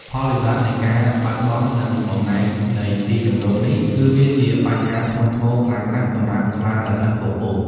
ផលវិបាកនៃការបាត់បង់ និងបំណែកនៃទីជម្រកនេះ គឺវាជាបញ្ហាធ្ងន់ធ្ងរខ្លាំងណាស់សម្រាប់ខ្លារខិនពពក។